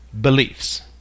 beliefs